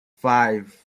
five